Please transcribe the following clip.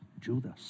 Judas